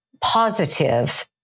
positive